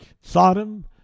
Sodom